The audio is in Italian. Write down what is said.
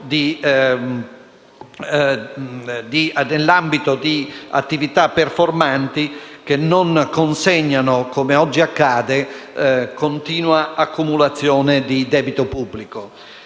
nell'ambito di attività performanti che non consegnano, come oggi accade, continua accumulazione di debito pubblico.